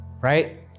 right